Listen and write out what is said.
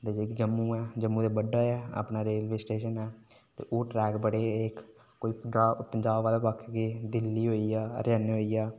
जेह्का जम्मू ऐ जम्मू ते बड़ा ऐ अपना रेलबे स्टेशन ओह् ट्रैक बड़े कोई ट्रैक पजांब आह्ली बक्खी गेआ दिल्ली होई गेआ हरियाना होई गेआ